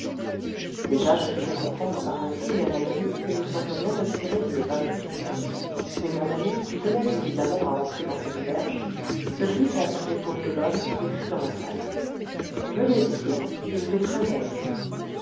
déjà je faisais comprendre par un signe à mon ami que nous serions bien inspirés de ne pas insister mais mon ami qui tenait évidemment à entrer dans cette auberge se glissa sous l'épaule de l'homme et fut dans la salle venez dit-il il fait très bon ici